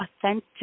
authentic